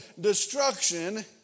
Destruction